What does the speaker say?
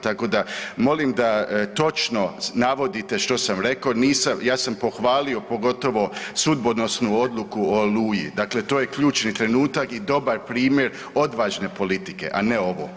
Tako da molim da točno navodite što sam reko, nisam, ja sam pohvalio, pogotovo sudbonosnu odluku o „Oluji“, dakle to je ključni trenutak i dobar primjer odvažne politike, a ne ovo.